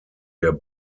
der